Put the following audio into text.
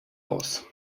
aus